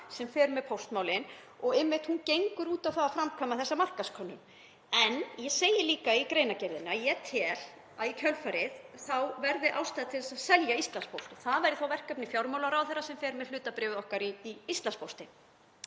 sem fer með póstmálin og gengur einmitt út á það að framkvæma þessa markaðskönnun. En ég segi líka í greinargerðinni að ég tel að í kjölfarið þá verði ástæða til að selja Íslandspóst og það væri þá verkefni fjármálaráðherra sem fer með hlutabréf okkar í Íslandspósti,